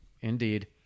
Indeed